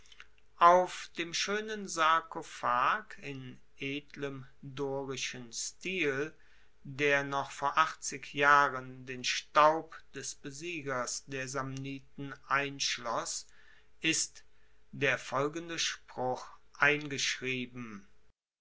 auf dem schoenen sarkophag in edlem dorischen stil der noch vor achtzig jahren den staub des besiegers der samniten einschloss ist der folgende spruch eingeschrieben